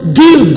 give